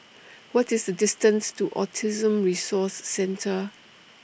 What IS The distance to Autism Resource Centre